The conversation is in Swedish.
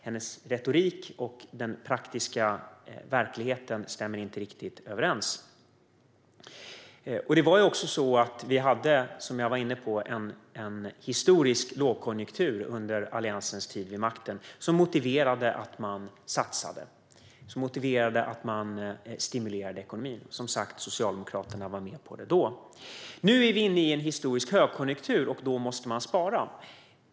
Hennes retorik och den praktiska verkligheten stämmer alltså inte riktigt överens. Vi hade, som jag var inne på, under Alliansens tid vid makten en historisk lågkonjunktur, som motiverade att man satsade och stimulerade ekonomin. Socialdemokraterna var som sagt med på det då. Nu är vi inne i en historisk högkonjunktur, och då måste man spara.